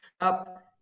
Up